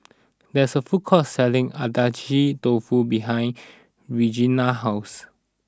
there is a food court selling Agedashi Dofu behind Regina's house